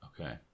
Okay